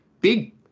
Big